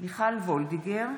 מיכל וולדיגר,